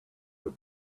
your